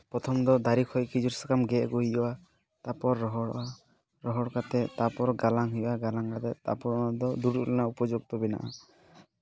ᱯᱨᱚᱛᱷᱚᱢ ᱫᱚ ᱫᱟᱨᱮ ᱠᱷᱚᱡ ᱠᱷᱮᱡᱩᱨ ᱥᱟᱠᱟᱢ ᱜᱮᱫ ᱟᱹᱜᱩᱭ ᱦᱩᱭᱩᱜᱼᱟ ᱛᱟᱨᱯᱚᱨ ᱨᱚᱦᱚᱲᱚᱜᱼᱟ ᱨᱚᱦᱚᱲ ᱠᱟᱛᱮ ᱛᱟᱨᱯᱚᱨ ᱜᱟᱞᱟᱝ ᱦᱩᱭᱩᱜᱼᱟ ᱜᱟᱞᱟᱝ ᱠᱟᱛᱮ ᱛᱟᱨᱯᱚᱨ ᱚᱱᱟ ᱫᱚ ᱫᱩᱲᱩᱵ ᱨᱮᱱᱟᱜ ᱩᱯᱚᱡᱩᱠᱛᱚ ᱵᱮᱱᱟᱜᱼᱟ